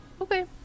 okay